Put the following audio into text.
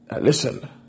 Listen